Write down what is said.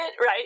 right